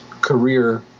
career